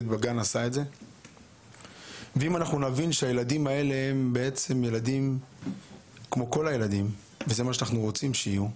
צריך להבין שהילדים האלה הם כמו כל הילדים וזה מה שאנחנו רוצים שיהיו.